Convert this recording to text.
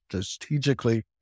strategically